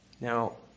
Now